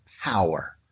power